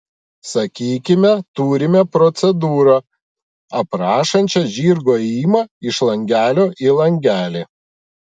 sakykime turime procedūrą aprašančią žirgo ėjimą iš langelio į langelį